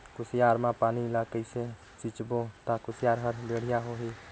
कुसियार मा पानी ला कइसे सिंचबो ता कुसियार हर बेडिया होही?